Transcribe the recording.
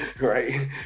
right